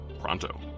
pronto